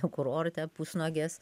kurorte pusnuogės